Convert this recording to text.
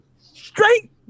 Straight